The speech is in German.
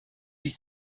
dich